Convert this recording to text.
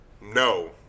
No